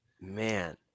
man